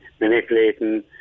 manipulating